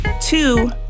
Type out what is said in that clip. Two